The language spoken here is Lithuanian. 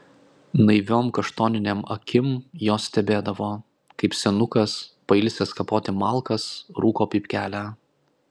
naiviom kaštoninėm akim jos stebėdavo kaip senukas pailsęs kapoti malkas rūko pypkelę